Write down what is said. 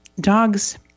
Dogs